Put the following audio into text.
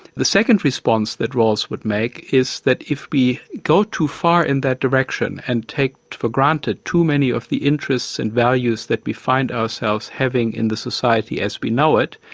the second response that rawls would make is that if we go too far in that direction and take for granted too many of the interests and values that we find ourselves having in the society as we know it,